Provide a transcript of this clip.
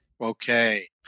Okay